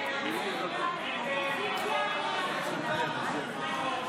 הצעת סיעת העבודה להביע אי-אמון